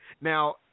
now